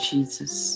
Jesus